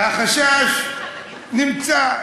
והחשש נמצא,